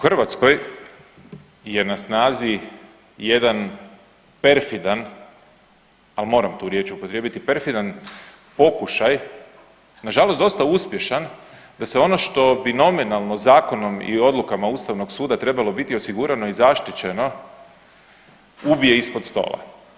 U Hrvatskoj je na snazi jedan perfidan, al moram tu riječ upotrijebiti, perfidan pokušaj nažalost dosta uspješan da se ono što bi nominalno zakonom i odlukama Ustavnog suda trebalo biti osigurano i zaštićeno ubije ispod stola.